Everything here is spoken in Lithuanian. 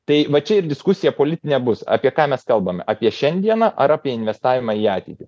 tai va čia ir diskusija politinė bus apie ką mes kalbame apie šiandieną ar apie investavimą į ateitį